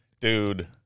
Dude